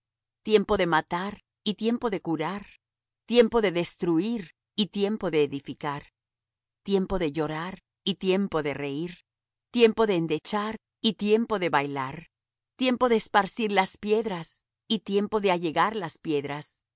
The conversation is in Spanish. tiempo de matar y tiempo de curar tiempo de destruir y tiempo de edificar tiempo de llorar y tiempo de reir tiempo de endechar y tiempo de bailar tiempo de esparcir las piedras y tiempo de allegar las piedras